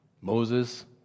Moses